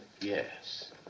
yes